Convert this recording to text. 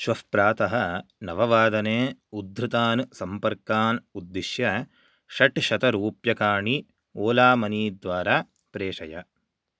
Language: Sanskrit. श्वः प्रातः नववादने उद्धृतान् सम्पर्कान् उद्दिश्य षट्शतरूप्यकाणि ओला मनी द्वारा प्रेषय